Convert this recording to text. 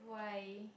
why